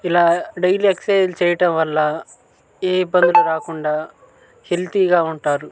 ఇలా డైలీ ఎక్ససైజ్లు చేయటం వల్ల ఏ ఇబ్బందులు రాకుండా హెల్తీగా ఉంటారు